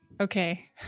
Okay